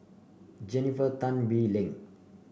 Jennifer Tan Bee Leng